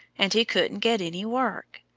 and he couldn't get any work.